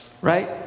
right